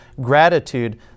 gratitude